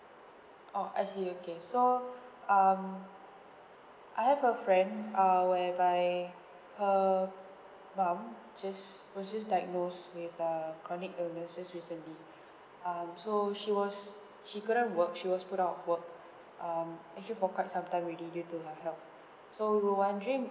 orh I see okay so um I have a friend uh whereby her mom just who's just diagnosed with a chronic illness recently um so she was she couldn't work she was put out of work um actually for quite some time already due to her health so we were wondering